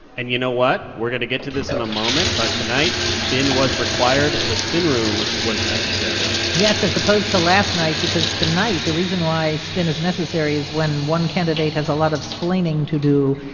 and you know what? we're going to get to this in a moment, but tonight, spin was required. the spin room was necessary yes, as opposed to last night because tonight the reason why spin is necessary is when one candidate has a lot of splaining to do.